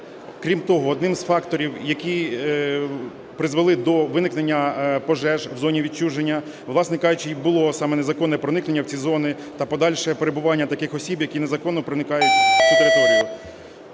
Крім того, одним із факторів, які призвели до виникнення пожеж в зоні відчуження, власне кажучи, і було саме незаконне проникнення в ці зони та подальше перебування таких осіб, які незаконно проникають в цю територію.